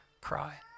cry